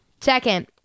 Second